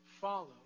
follow